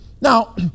Now